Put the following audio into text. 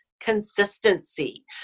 consistency